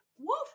Woof